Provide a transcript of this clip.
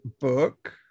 book